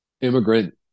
immigrant